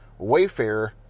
Wayfair